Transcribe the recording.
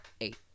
Eight